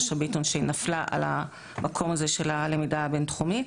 זה כנראה לא יקרה בדורנו.